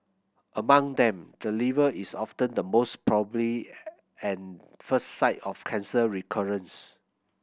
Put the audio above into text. among them the liver is often the most probably and first site of cancer recurrence